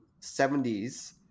70s